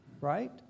right